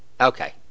Okay